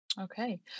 Okay